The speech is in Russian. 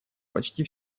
почти